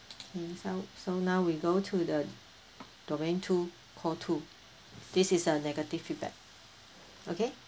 mm so so now we go to the domain two call two this is a negative feedback okay